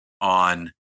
on